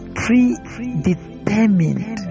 predetermined